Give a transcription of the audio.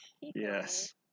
yes